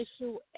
issue